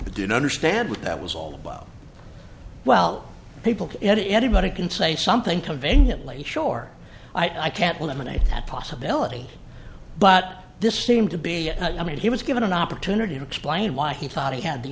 know understand what that was all about well people anybody can say something conveniently sure i can't eliminate that possibility but this seemed to be i mean he was given an opportunity to explain why he thought he had the